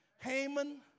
Haman